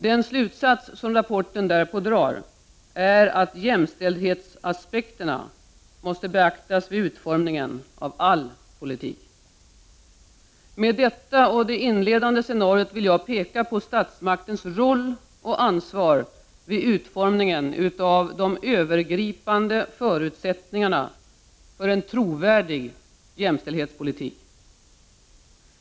Den slutsats som rapporten drar är att jämställdhetsaspekterna måste beaktas vid utformningen av all politik. Med detta och det inledande scenariot vill jag peka på statsmaktens roll och ansvar vid utformningen av de övergripande förutsättningarna för en trovärdig jämställdhetspolitik.